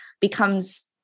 becomes